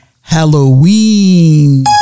Halloween